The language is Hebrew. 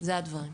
אלה הדברים.